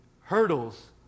hurdles